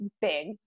big